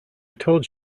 told